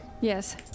Yes